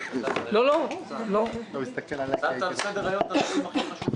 שמת על סדר היום את הנושאים הכי חשובים.